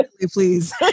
Please